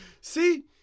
See